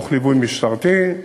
בליווי משטרתי.